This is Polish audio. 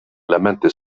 elementy